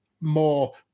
more